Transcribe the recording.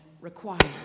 required